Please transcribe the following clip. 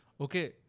Okay